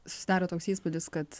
susidaro toks įspūdis kad